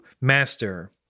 master